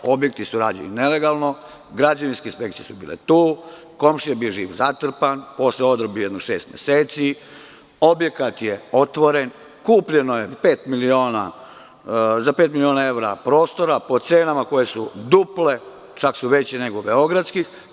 Objekti su građeni nelegalno, građevinske inspekcije su bile tu, komšija bio živ zatrpan, posle odrobijao jedno šest meseci, objekat je otvoren, kupljeno je za pet miliona evra prostora po cenama koje su duple, čak su veće nego beogradske.